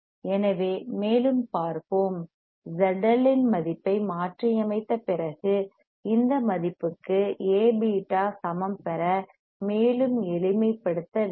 எனவே மேலும் பார்ப்போம் ZL இன் மதிப்பை மாற்றியமைத்த பிறகு இந்த மதிப்புக்கு A பீட்டா சமம் பெற மேலும் எளிமைப்படுத்த வேண்டும்